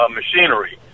machinery